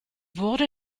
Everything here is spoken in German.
wurde